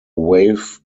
wave